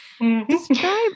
Describe